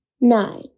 Nine